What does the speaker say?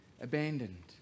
abandoned